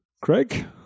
Craig